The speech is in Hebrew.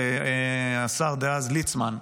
השר דאז ליצמן,